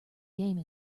game